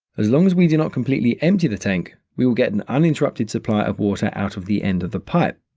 as long as we do not completely empty the tank, we will get an uninterrupted supply of water out of the end of the pipe.